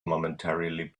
momentarily